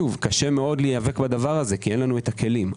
קשה מאוד להיאבק בכך כי אין לנו הכלים.